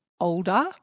older